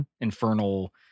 Infernal